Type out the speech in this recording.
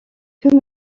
que